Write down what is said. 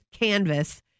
canvas